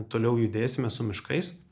toliau judėsime su miškais